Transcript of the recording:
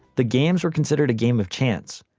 the games were considered a game of chance.